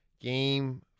game